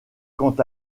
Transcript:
quant